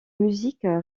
musique